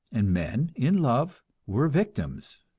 and men in love were victims,